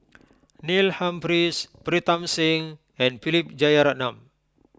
Neil Humphreys Pritam Singh and Philip Jeyaretnam